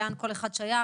לאן כל אחד שייך.